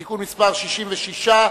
(תיקון מס' 66),